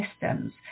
systems